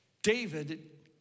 David